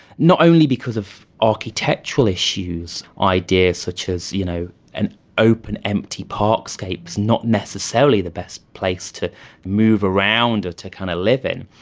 not only because of architectural issues, ideas such as you know an open empty park scape is not necessarily the best place to move around or to kind of live in,